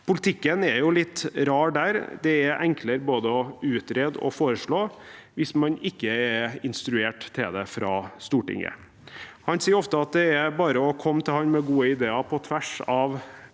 Politikken er jo litt rar der, det er enklere å både utrede og foreslå hvis man ikke er instruert til det fra Stortinget. Han sier ofte at det bare er å komme til ham med gode ideer på tvers av partifarger,